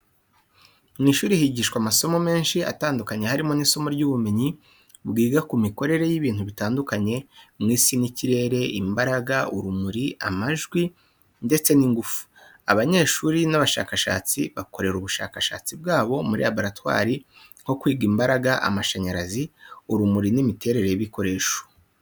Mu ishuri higishwa amasomo menshi atandukanye harimo n'isomo ry'ubumenyi bwiga ku mikorere y'ibintu bitandukanye mu isi n'ikirere, imbaraga, urumuri, amajwi, ndetse n'ingufu. Abanyeshuri n'abashakashatsi bakorera ubushakashatsi bwabo muri laboratwari nko kwiga imbaraga, amashanyarazi, urumuri n'imiterere y'ibikoresho.